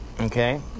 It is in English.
Okay